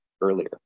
earlier